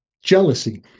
jealousy